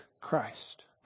Christ